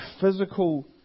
physical